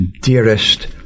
dearest